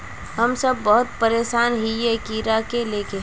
हम सब बहुत परेशान हिये कीड़ा के ले के?